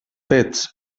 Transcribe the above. fets